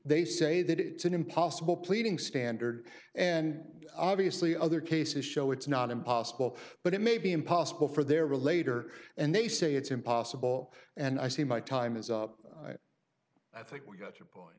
they say that it's an impossible pleading standard and obviously other cases show it's not impossible but it may be impossible for there relator and they say it's impossible and i see my time is up i think we got